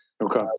Okay